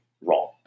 wrong